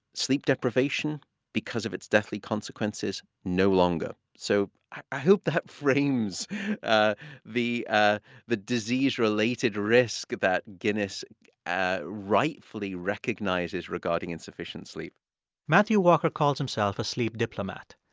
sleep deprivation because of its deathly consequences no longer. so i hope that frames ah the ah the disease-related risk that guinness ah rightfully recognizes regarding insufficient sleep matthew walker calls himself a sleep diplomat.